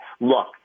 look